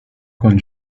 con